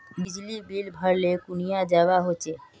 बिजली बिल भरले कुनियाँ जवा होचे?